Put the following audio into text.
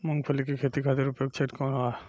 मूँगफली के खेती खातिर उपयुक्त क्षेत्र कौन वा?